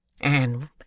And